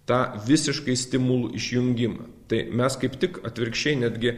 tą visiškai stimulų išjungimą tai mes kaip tik atvirkščiai netgi